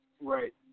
Right